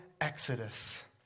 exodus